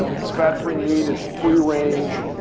it's fat-free meat. it's free range.